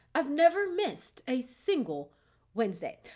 i've never missed a single wednesday.